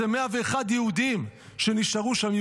זה 101 יהודים שנשארו שם,